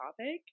topic